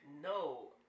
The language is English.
No